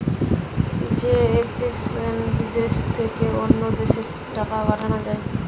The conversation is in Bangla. যে এপ্লিকেশনে বিদেশ থেকে অন্য দেশে টাকা পাঠান যায়